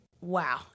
wow